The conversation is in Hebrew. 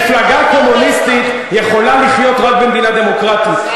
מפלגה קומוניסטית יכולה לחיות רק במדינה דמוקרטית,